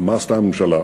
מה עשתה הממשלה,